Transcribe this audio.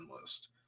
list